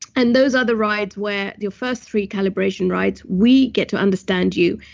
and those are the rides where your first recalibration rides, we get to understand you.